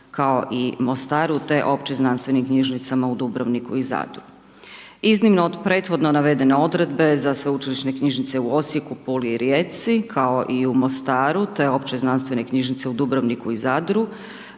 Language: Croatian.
kao i Mostaru, te Opće znanstvenim knjižnicama u Dubrovniku i Zadru. Iznimno od prethodno navedene Odredbe, za Sveučilišne knjižnice u Osijeku, Puli i Rijeci, kao i u Mostaru, te Opće znanstvene knjižnice u Dubrovniku i Zadru,